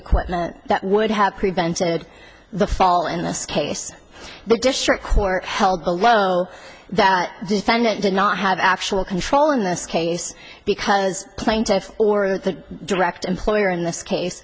equipment that would have prevented the fall in this case the district court held below that the defendant did not have actual control in this case because plaintiff or the direct employer in this case